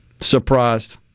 surprised